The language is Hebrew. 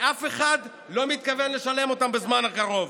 ואף אחד לא מתכוון לשלם אותם בזמן הקרוב.